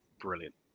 brilliant